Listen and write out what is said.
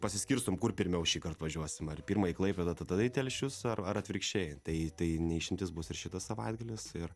pasiskirstom kur pirmiau šįkart važiuosim ar pirma į klaipėdą tada į telšius ar ar atvirkščiai tai ne išimtis bus ir šitas savaitgalis ir